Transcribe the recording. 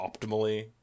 optimally